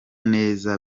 neza